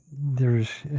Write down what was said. there's